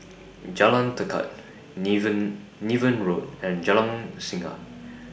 Jalan Tekad Niven Niven Road and Jalan Singa